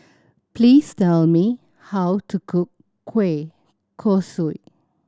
please tell me how to cook kueh kosui